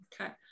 Okay